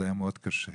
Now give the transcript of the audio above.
זה היה מאוד קשה.